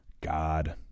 God